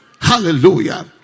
Hallelujah